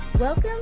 Welcome